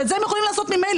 ואת זה הם יכולים לעשות ממילא.